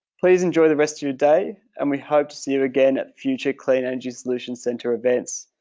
please enjoy the rest of your day, and we hope to see you again at future clean energy solutions center events.